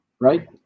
right